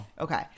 Okay